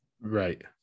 Right